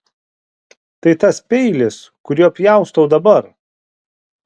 tai tas peilis kuriuo pjaustau dabar